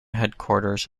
headquarters